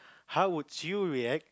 how would you react